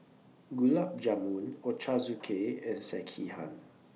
Gulab Jamun Ochazuke and Sekihan